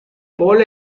paul